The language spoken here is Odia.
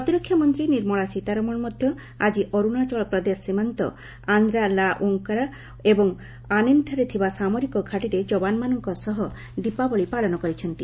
ପ୍ରତିରକ୍ଷା ମନ୍ତ୍ରୀ ନିର୍ମଳା ସୀତାରମଣ ମଧ୍ୟ ଆଜି ଅରୁଣାଚଳ ପ୍ରଦେଶ ସୀମାନ୍ତ ଆନ୍ଦ୍ରା ଲା ଓଁକାର ଏବଂ ଆନିନ୍ଠାରେ ଥିବା ସାମରିକ ଘାଟିରେ ଯବାନମାନଙ୍କ ସହ ଦୀପାବଳି ପାଳନ କରିଛନ୍ତି